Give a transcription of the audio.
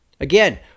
Again